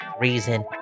reason